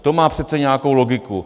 To má přece nějakou logiku.